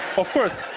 of course,